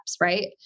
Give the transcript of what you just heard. right